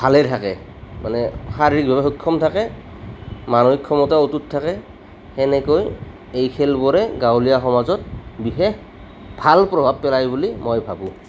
ভালে থাকে মানে শাৰীৰিকভাৱে সক্ষম থাকে মানসিক ক্ষমতা অটুট থাকে সেনেকৈ এই খেলবোৰে গাঁৱলীয়া সমাজত বিশেষ ভাল প্ৰভাৱ পেলাই বুলি মই ভাবোঁ